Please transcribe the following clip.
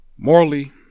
Morally